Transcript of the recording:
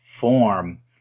form